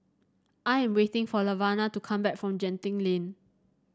I am waiting for Laverna to come back from Genting Lane